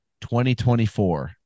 2024